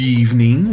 evening